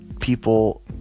people